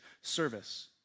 service